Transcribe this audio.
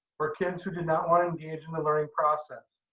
for kids who did not want to engage in the learning process.